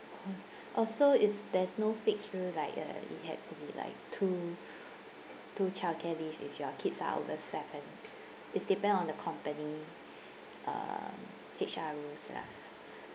cause oh so it's there's no fixed rule like uh it has to be like two two child care leave if your kids are over seven it's depend on the company uh H_R rules lah